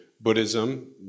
Buddhism